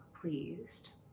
pleased